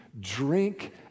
drink